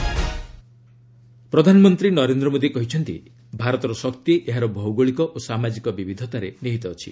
PM artist ପ୍ରଧାନମନ୍ତ୍ରୀ ନରେନ୍ଦ୍ର ମୋଦୀ କହିଛନ୍ତି ଭାରତର ଶକ୍ତି ଏହାର ଭୌଗଳିକ ଓ ସାମାଜିକ ବିବିଧତାରେ ନିହିତ ଅଛି